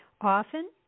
often